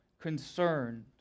concerned